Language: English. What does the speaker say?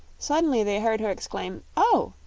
suddenly they heard her exclaim oh!